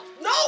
No